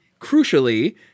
crucially